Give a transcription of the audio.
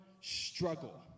struggle